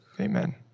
Amen